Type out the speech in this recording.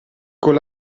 con